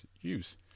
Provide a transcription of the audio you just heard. use